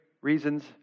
reasons